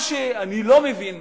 מה שאני לא מבין,